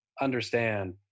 understand